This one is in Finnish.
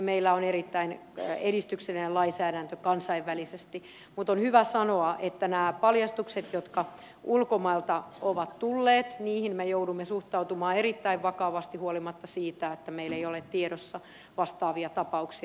meillä on erittäin edistyksellinen lainsäädäntö kansainvälisesti mutta on hyvä sanoa että näihin paljastuksiin jotka ulkomailta ovat tulleet me joudumme suhtautumaan erittäin vakavasti huolimatta siitä että meillä ei ole tiedossa vastaavia tapauksia